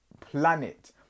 planet